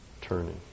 turning